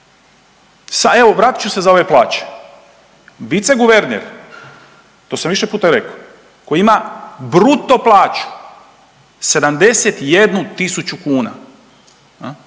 evo, vratit ću se za ove plaće. Viceguverner, to sam više puta rekao koji ima bruto plaću 71 tisuću kuna,